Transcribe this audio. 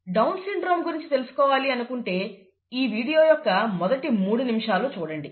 down syndrome గురించి తెలుసుకోవాలి అనుకుంటే ఈ వీడియో యొక్క మొదటి మూడు నిమిషాలు చూడండి